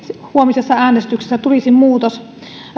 huomisessa äänestyksessä tulisi muutos